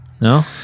No